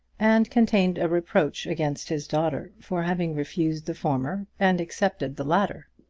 and contained a reproach against his daughter for having refused the former and accepted the latter.